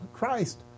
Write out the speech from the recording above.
Christ